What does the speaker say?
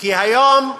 כי היום,